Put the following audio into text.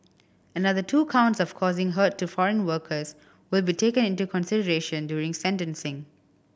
another two counts of causing hurt to foreign workers will be taken into consideration during sentencing